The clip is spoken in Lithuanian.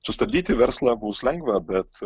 sustabdyti verslą bus lengva bet